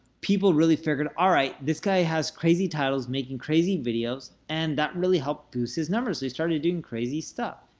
people really figured, all right, this guy has crazy titles, making crazy videos, and that really helped boost his numbers, so he started doing crazy stuff.